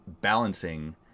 balancing